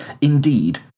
Indeed